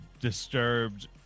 Disturbed